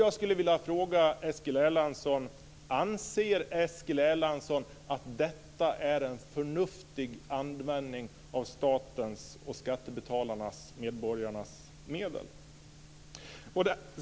Jag skulle vilja fråga Eskil Erlandsson: Anser Eskil Erlandsson att detta är en förnuftig användning av statens, skattebetalarnas och medborgarnas medel?